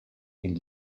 ihn